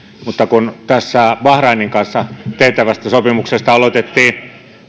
mutta kun tästä bahrainin kanssa tehtävästä sopimuksesta aloitettiin